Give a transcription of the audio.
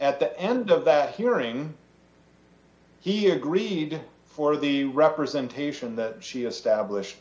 at the end of that hearing he agreed for the representation that she establish